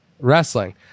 wrestling